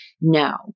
no